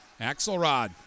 Axelrod